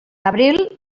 abril